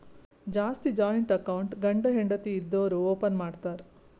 ಜಾಸ್ತಿ joint account ಗಂಡ ಹೆಂಡತಿ ಇದ್ದೋರು ಓಪನ್ ಮಾಡ್ತಾರ್